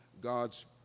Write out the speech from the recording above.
God's